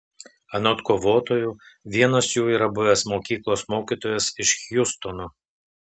anot kovotojų vienas jų yra buvęs mokyklos mokytojas iš hjustono